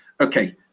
okay